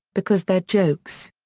because they're jokes.